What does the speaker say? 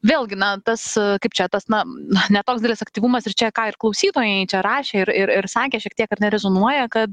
vėlgi na tas kaip čia tas na na ne toks didelis aktyvumas ir čia ką ir klausytojai čia rašė ir ir ir sakė šiek tiek ar ne rezonuoja kad